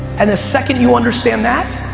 and the second you understand that,